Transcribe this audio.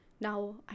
now